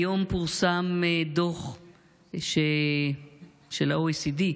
היום פורסם דוח של ה-OECD,